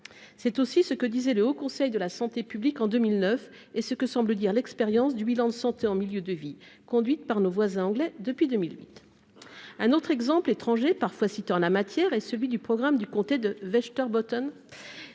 c'est aussi ce que disait le Haut Conseil de la santé publique en 2009 et ce que semble dire l'expérience du bilan de santé en milieu de vie, conduite par nos voisins anglais depuis 2008, un autre exemple étranger, parfois en la matière et celui du programme du comté de Waechter Botton